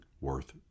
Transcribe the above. worth